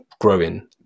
growing